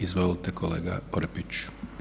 Izvolite kolega Orepić.